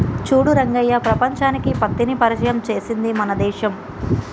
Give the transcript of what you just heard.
చూడు రంగయ్య ప్రపంచానికి పత్తిని పరిచయం చేసింది మన దేశం